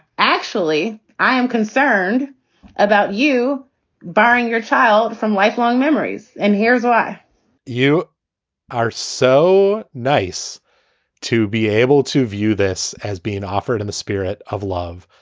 actually, i am concerned about you buying your child from lifelong memories and here's why you are so nice to be able to view this as being offered in the spirit of love.